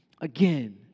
again